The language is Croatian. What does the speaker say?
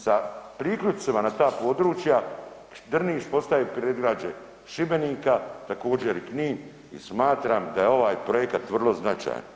Sa priključcima na ta područja Drniš postaje predgrađe Šibenika, također i Knin i smatram da je ovaj projekat vrlo značajan.